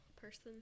person